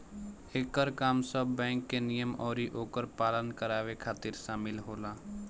एकर काम सब बैंक के नियम अउरी ओकर पालन करावे खातिर शामिल होला